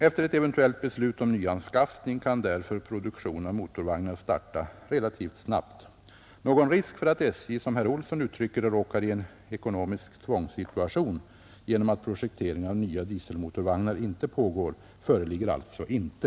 Efter ett eventuellt beslut om nyanskaffning kan därför produktion av motorvagnar starta relativt snabbt. Någon risk för att SJ — som herr Olsson uttrycker det — råkar i en ekonomisk tvångssituation genom att projektering av nya dieselmotorvagnar inte pågår föreligger alltså inte.